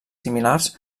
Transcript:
similars